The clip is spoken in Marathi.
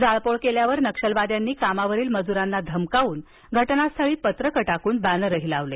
जाळपोळ केल्यावर नक्षलवाद्यांनी कामावरील मजुरांना धमकावन घटनास्थळी पत्रकं टाकून बॅनरही लावले